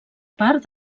part